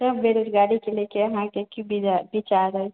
तब बेरोजगारीके लए के अहाँके कि विचार अछि